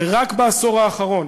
ורק בעשור האחרון